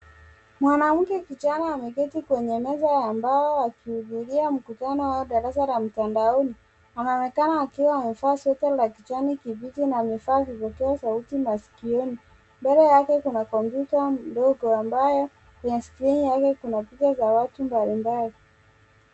Mwanamke kijana ameketi kwenye meza ambao wakihudhuria mkutano wa darasa la mtandaoni, anaonekana akiwa amevaa sweta la kijani kibichi na amevaa vipokea sauti maskioni. mbele yake kuna kompyuta ndogo ambayo kwenye skrini yake kuna picha za watu mbalimbali.